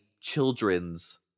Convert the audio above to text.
children's